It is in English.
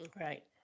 Right